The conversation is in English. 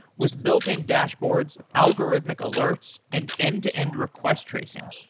with built in dashboards, algorithmic alerts and end to end request tracing,